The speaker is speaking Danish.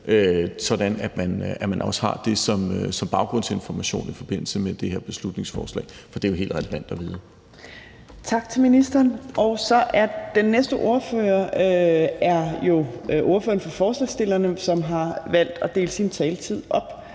sådan at man også har det som baggrundsinformation i forbindelse med det her beslutningsforslag, for det er jo helt relevant at vide.